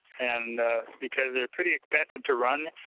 and because they're pretty expensive to run,